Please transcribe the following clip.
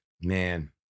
man